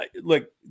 look